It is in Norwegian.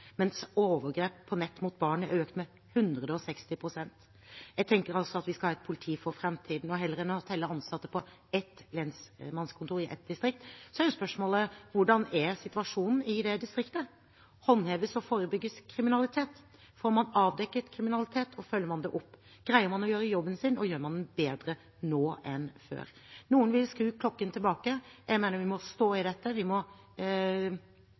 mens overgrep på nett mot barn er økt med 160 pst. Jeg tenker at vi skal ha et politi for framtiden, og heller enn å telle ansatte på ett lensmannskontor i ett distrikt, er spørsmålet: Hvordan er situasjonen i det distriktet? Håndheves og forebygges kriminalitet? Får man avdekket kriminalitet, og følger man det opp? Greier man å gjøre jobben sin, og gjør man den bedre nå enn før? Noen vil skru klokken tilbake. Jeg mener vi må stå i dette. Vi må